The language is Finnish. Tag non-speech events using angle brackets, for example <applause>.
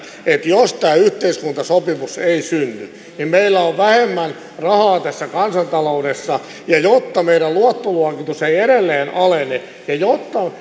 että jos tämä yhteiskuntasopimus ei synny niin meillä on vähemmän rahaa tässä kansantaloudessa ja jotta meidän luottoluokitus ei edelleen alene ja jotta <unintelligible>